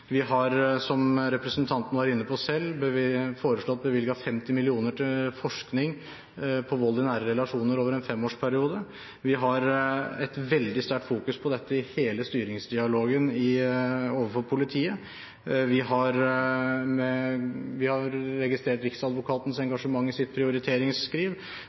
Vi har, som representanten selv var inne på, foreslått bevilget 50 mill. kr til forskning på vold i nære relasjoner over en femårsperiode – vi fokuserer veldig sterkt på dette i hele styringsdialogen overfor politiet. Vi har registrert Riksadvokatens engasjement i sitt prioriteringsskriv.